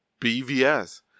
BVS